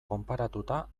konparatuta